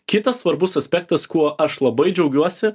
kitas svarbus aspektas kuo aš labai džiaugiuosi